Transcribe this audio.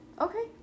Okay